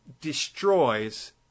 destroys